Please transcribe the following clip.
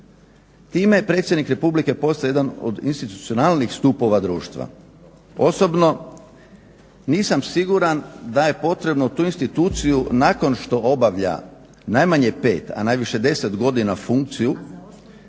Time je predsjednik republike postao jedan od institucionalnih stupova društva. Osobno nisam siguran da je potrebno tu instituciju nakon što obavlja najmanje 5, a najviše 10 godina funkciju,